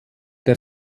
der